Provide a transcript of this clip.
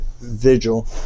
Vigil